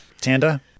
Tanda